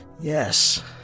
Yes